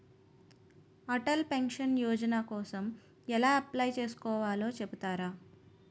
Atal pension Yojana కోసం ఎలా apply చేసుకోవాలో చెపుతారా?